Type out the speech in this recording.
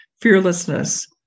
fearlessness